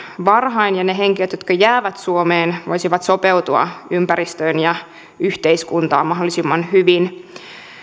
varhain ja ne henkilöt jotka jäävät suomeen voisivat sopeutua ympäristöön ja yhteiskuntaan mahdollisimman hyvin